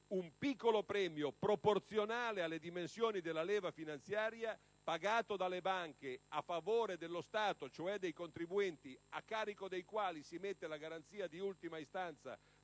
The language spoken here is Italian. un piccolo premio, proporzionale alle dimensioni della leva finanziaria, pagato dalle banche a favore dello Stato, cioè dei contribuenti a carico dei quali si mette la garanzia di ultima istanza